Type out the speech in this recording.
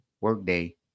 Workday